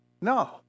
No